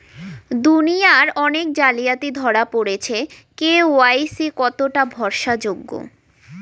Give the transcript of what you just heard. দুনিয়ায় অনেক জালিয়াতি ধরা পরেছে কে.ওয়াই.সি কতোটা ভরসা যোগ্য?